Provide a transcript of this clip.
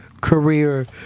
career